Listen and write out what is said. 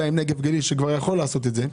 עם נגב גליל שכבר יכול לעשות את זה,